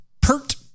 pert